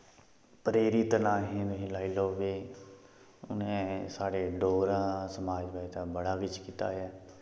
प्रेरित न अस लाई लैओ के उ'नें साढ़े डोगरा समाज़ बास्तै बड़ा किश कीता ऐ